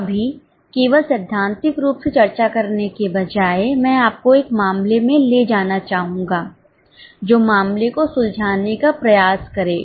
अभी केवल सैद्धांतिक रूप से चर्चा करने के बजाय मैं आपको एक मामले में ले जाना चाहूंगा जो मामले को सुलझाने का प्रयास करेगा